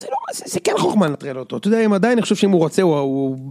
זה כן חוכמה לנטרל אותו. אתה יודע, עדיין אני חושב שאם הוא רוצה הוא הוא.